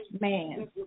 Man